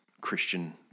Christian